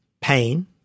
Pain